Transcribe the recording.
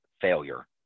failure